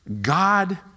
God